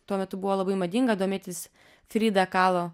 tuo metu buvo labai madinga domėtis frida kalo